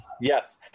Yes